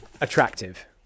attractive